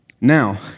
Now